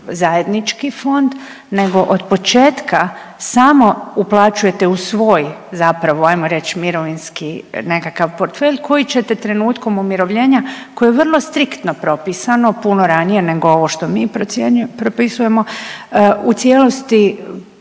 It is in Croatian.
zajednički fond nego od početka samo uplaćujete u svoj zapravo ajmo reći mirovinski nekakav portfelj koji ćete trenutkom umirovljenja koji je vrlo striktno propisano, puno ranije nego ovo što mi propisujemo u cijelosti